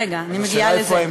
רגע, אני מגיעה לזה.